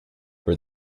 for